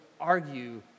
argue